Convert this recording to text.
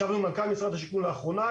ישבנו עם מנכ"ל משרד השיכון לאחרונה.